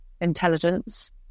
intelligence